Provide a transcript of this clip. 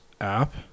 app